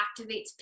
activates